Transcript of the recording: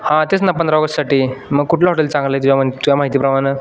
हां तेच ना पंधरा ऑगस्टसाठी मग कुठलं हॉटेल चांगलं आहे जेवण मग तुझ्या माहितीप्रमाणं